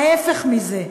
ההפך מזה.